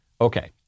Okay